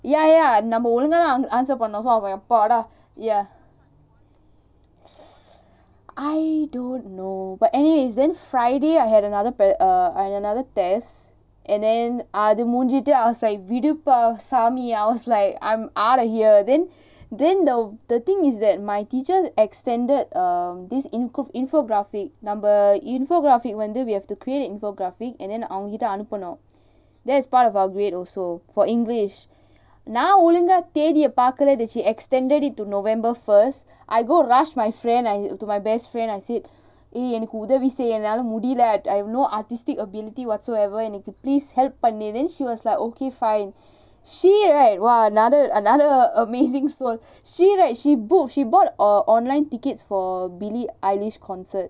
ya ya நாம ஒழுங்காதான்:naama olungathaan answer பண்ணினோம்:panninom so I was like அப்பாடா:appadaa ya I don't know but anyways then friday I had another pre~ uh I had another test and then அது முடிஞ்சிட்டு:athu mudinjitu I was like விடுப்பா சாமி:viduppaa saami I was like I'm out of here then then the the thing is that my teachers extended um this improved infographic நம்ம:namma infographic வந்து:vanthu we have to create an infographic and then அவங்க கிட்ட அனுப்பனும்:avanga kitta anuppanum that is part of our grade also for english நா ஒழுங்கா தேதிய பாக்கல:naa olunga thaethiya paakkala she extended it to november first I go rush my friend I to my best friend I said eh !hey! எனக்கு உதவி செய் என்னால முடியல:enakku uthavi sei ennala mudiyala I have no artistic ability whatsoever you need to please help பண்ணு:pannu then she was like okay fine she right !wah! another another amazing soul she right she book she bought uh online tickets for billie eilish concert